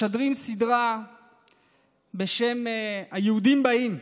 משדרים סדרה בשם היהודים באים,